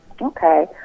Okay